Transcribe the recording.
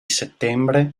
settembre